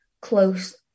close